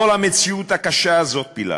לא למציאות הקשה הזאת פיללנו.